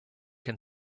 can